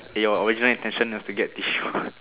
your original intention was to get tissue